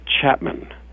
chapman